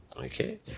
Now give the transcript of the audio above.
Okay